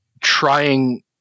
trying